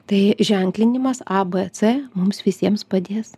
tai ženklinimas a b c mums visiems padės